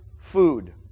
food